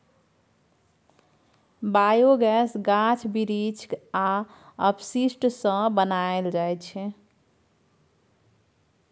biogas गाछ बिरीछ आ अपशिष्ट सँ बनाएल जाइ छै